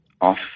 off